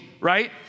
right